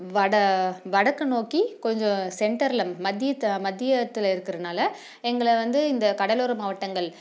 வட வடக்கு நோக்கி கொஞ்சம் சென்டரில் மத்திய மத்தியத்தில் இருக்கிறனால எங்களை வந்து இந்த கடலோர மாவட்டங்கள்